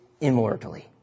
immortally